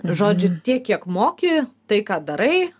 žodžiu tiek kiek moki tai ką darai